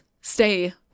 stay